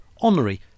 honorary